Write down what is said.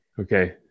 Okay